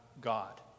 God